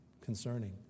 concerning